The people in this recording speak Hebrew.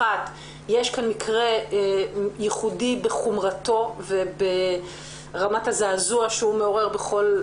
יש כאן מקרה ייחודי בחומרתו וברמת הזעזוע שהוא מעורר בכולם.